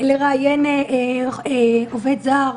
לראיין עובד זר,